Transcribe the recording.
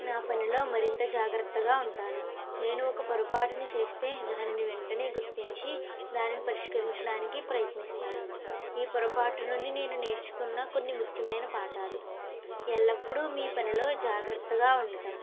నా పనిలో మరింత జాగ్రత్తగా ఉంటాను నేను ఒక పొరపాటును చేస్తే దానిని వెంటనే గుర్తించి దానిని పరిష్కరించడానికి ప్రయత్నిస్తాను ఈ పొరపాటు నుండి నేను నేర్చుకున్న కొన్ని ముఖ్యమైన పాఠాలు ఎల్లప్పుడూ మీ పనులో జాగ్రత్తగా ఉండటం